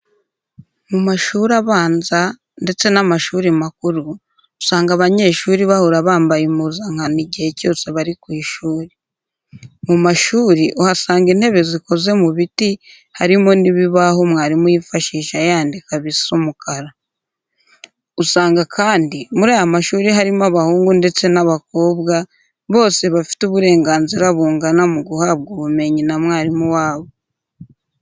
Mu mashuri abanza ndetse n'amashuri makuru, usanga abanyeshuri bahora bambaye impuzankano igihe cyose bari kw'ishuri. Mu mashuri uhasanga intebe zikoze mu biti, harimo n'ibibaho mwarimu yifashisha yandika bisa umukara. Usanga kandi muri aya mashuri harimo abahungu ndetse n'abakombwa, bose bafite uburenganzira bungana muguhabwa ubumenyi na mwarimu wabo.